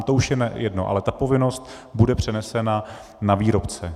To už je jedno, ale ta povinnost bude přenesena na výrobce.